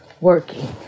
working